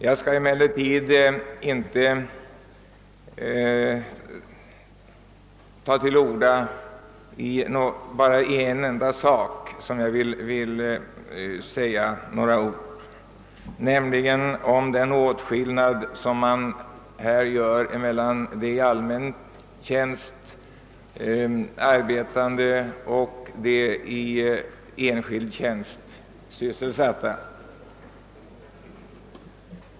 Jag skall emellertid inskränka mig till att i korthet ta upp en enda sak, nämligen den åtskillnad som görs mellan de i allmän och enskild tjänst sysselsatta.